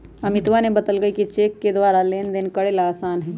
अमितवा ने बतल कई कि चेक के द्वारा लेनदेन करे ला आसान हई